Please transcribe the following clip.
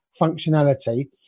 functionality